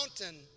mountain